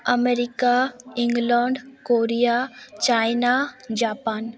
America England Korea China Japan